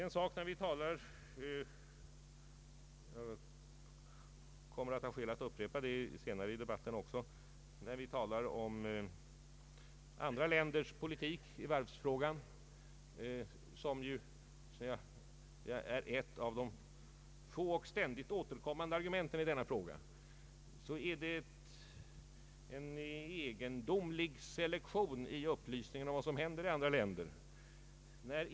När vi talar om andra länders politik i varvsfrågan — som ju är ett av de få och ständigt återkommande argumenten i denna fråga — är det en egen domlig selektion i upplysningen om vad som händer i andra länder.